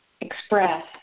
express